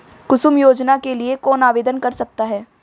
कुसुम योजना के लिए कौन आवेदन कर सकता है?